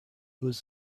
was